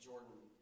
Jordan